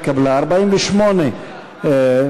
אני קובע כי הסתייגות מס' 47 לסעיף 2 לא התקבלה.